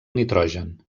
nitrogen